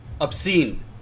obscene